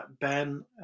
Ben